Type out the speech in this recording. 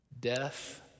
death